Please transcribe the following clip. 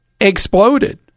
exploded